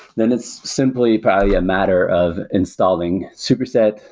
then it's simply probably a matter of installing superset,